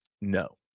No